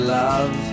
love